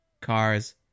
cars